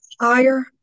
Higher